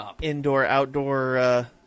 indoor-outdoor